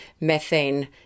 methane